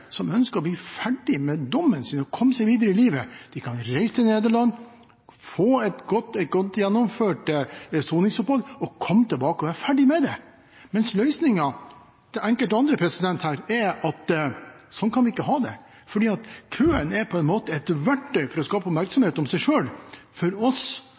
som ønsker å bli ferdig med dommen sin og komme seg videre i livet, kan reise til Nederland, gjennomføre et godt soningsopphold og komme tilbake og være ferdig med det. Men løsningen til enkelte andre her er at slik kan vi ikke ha det fordi køen er på en måte et verktøy til å skape oppmerksomhet om seg selv. For oss,